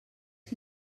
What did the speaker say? que